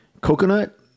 Coconut